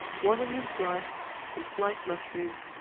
one onion sliced, some sliced mushrooms,